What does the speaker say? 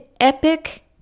epic